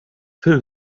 fill